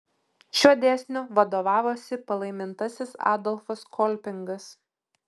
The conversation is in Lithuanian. šiuo dėsniu vadovavosi palaimintasis adolfas kolpingas